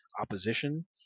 opposition